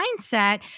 mindset